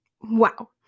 Wow